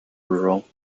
rural